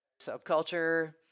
subculture